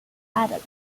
adams